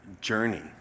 journey